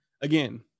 Again